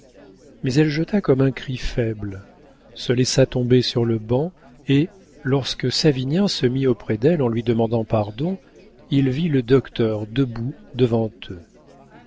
mais elle jeta comme un cri faible se laissa tomber sur le banc et lorsque savinien se mit auprès d'elle en lui demandant pardon il vit le docteur debout devant eux